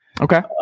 Okay